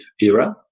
era